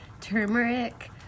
turmeric